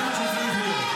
זה מה שצריך להיות.